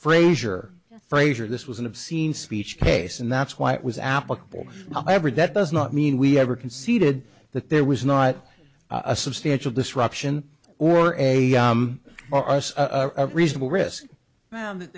frazier frazier this was an obscene speech case and that's why it was applicable however that does not mean we ever conceded that there was not a substantial disruption or a reasonable risk that th